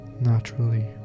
naturally